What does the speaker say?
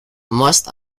most